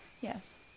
Yes